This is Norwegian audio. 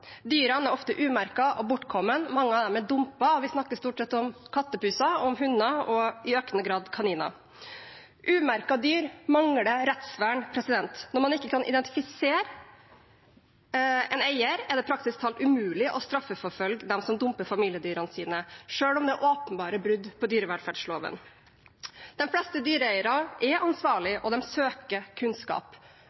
Dyrene er ofte umerket og bortkomne, og mange av dem er dumpet. Vi snakker stort sett om kattepuser og om hunder og i økende grad kaniner. Umerkede dyr mangler rettsvern. Når man ikke kan identifisere en eier, er det praktisk talt umulig å straffeforfølge dem som dumper familiedyrene sine, selv om det er åpenbare brudd på dyrevelferdsloven. De fleste dyreeiere er